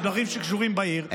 יש דברים שקשורים בעיר,